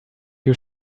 you